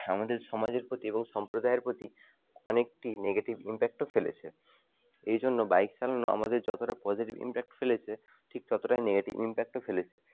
আমাদের সমাজের প্রতি এবং সম্প্রদায়ের পোতি অনেকটি নেগেটিভ ইমপ্যাক্টও ফেলেছে এই জন্য বাইক চালানো আমাদের যতটা পজিটিভ ইমপ্যাক্ট ফেলেছে ঠিক ততটাই নেগেটিভ ইমপ্যাক্টও ফেলেছে